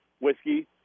whiskey